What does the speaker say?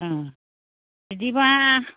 ओं बिदिबा